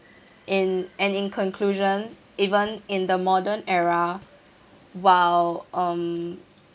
in and in conclusion even in the modern era while um